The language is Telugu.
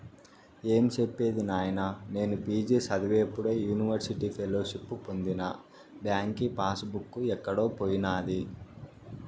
ఏం సెప్పేది నాయినా, నేను పి.జి చదివేప్పుడు యూనివర్సిటీ ఫెలోషిప్పు పొందిన బాంకీ పాస్ బుక్ ఎక్కడో పోయినాది